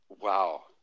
Wow